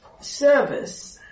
service